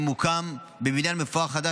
שממוקם בבניין מפואר חדש,